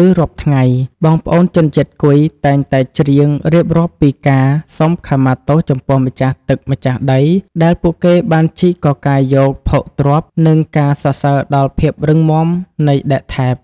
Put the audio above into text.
ឬរាប់ថ្ងៃ បងប្អូនជនជាតិគុយតែងតែច្រៀងរៀបរាប់ពីការសុំខមាទោសចំពោះម្ចាស់ទឹកម្ចាស់ដីដែលពួកគេបានជីកកកាយយកភោគទ្រព្យ និងការសរសើរដល់ភាពរឹងមាំនៃដែកថែប។